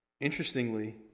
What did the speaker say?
Interestingly